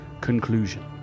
conclusion